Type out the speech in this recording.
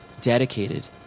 dedicated